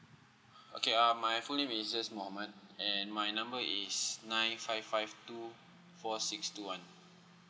okay um my full name is just mohamad and my number is nine five five two four six two one